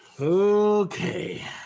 Okay